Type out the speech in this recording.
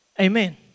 Amen